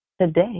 today